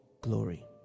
glory